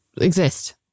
exist